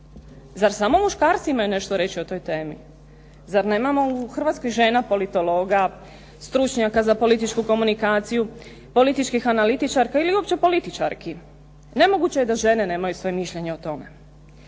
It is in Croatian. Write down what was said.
Zar samo muškarci imaju nešto reći o toj temi? Zar nemamo u Hrvatskoj žena politologa, stručnjaka za političku komunikaciju, političkih analitičarka ili uopće političarki. Nemoguće je da žene nemaju svoje mišljenje o tome.